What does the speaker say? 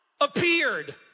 appeared